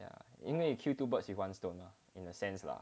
yeah 因为 kill two birds with one stone lah in a sense lah